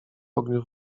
ogniu